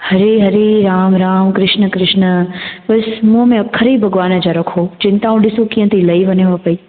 हरी हरी राम राम कृष्ण कृष्ण बसि मुंहं में अख़र ई भॻिवान जा रखो चिंताऊं ॾिसो कीअं थी लही वञे पई